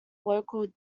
local